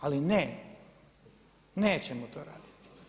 Ali, ne, nećemo to raditi.